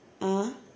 (uh huh)